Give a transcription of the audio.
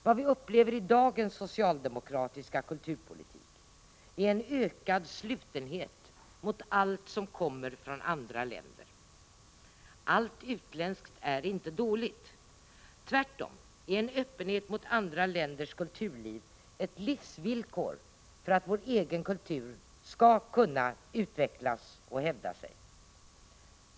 Vad vi upplever i dagens socialdemokratiska kulturpolitik är en ökad slutenhet mot allt som kommer från andra länder. Allt utländskt är inte dåligt — tvärtom är en öppenhet mot andra länders kulturliv ett livsvillkor för vår egen kultur, så att den kan utvecklas och hävda sig.